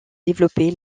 développé